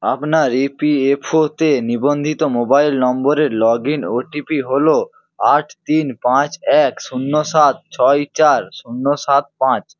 আপনার E P F ওতে নিবন্ধিত মোবাইল নম্বরের লগ ইন ওটিপি হলো আট তিন পাঁচ এক শূন্য সাত ছয় চার শূন্য সাত পাঁচ